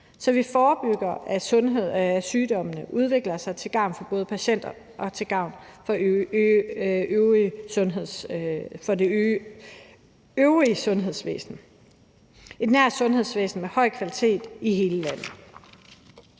så vi forebygger, at sygdommene udvikler sig, til gavn for både patienter og det øvrige sundhedsvæsen. Vi skal have et nært sundhedsvæsen med kvalitet i hele landet.